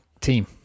team